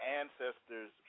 ancestors